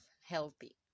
healthy